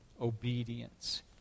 obedience